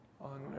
on